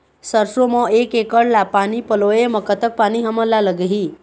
सरसों म एक एकड़ ला पानी पलोए म कतक पानी हमन ला लगही?